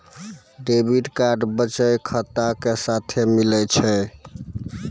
debit card बचत खाता के साथे मिलै छै